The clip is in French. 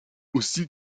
aussi